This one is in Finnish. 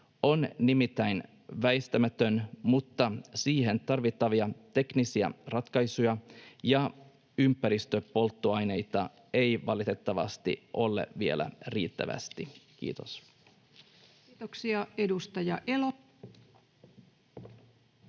on nimittäin väistämätön, mutta siihen tarvittavia teknisiä ratkaisuja ja ympäristöpolttoaineita ei valitettavasti ole vielä riittävästi. — Kiitos. [Speech 320]